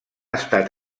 estat